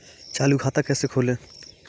चालू खाता कैसे खोलें?